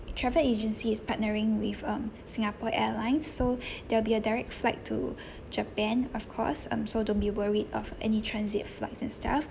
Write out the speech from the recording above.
travel agency is partnering with um singapore airlines so there will be a direct flight to japan of course um so don't be worried of any transit flights and stuff